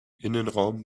innenraum